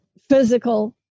physical